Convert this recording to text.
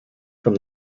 from